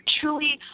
truly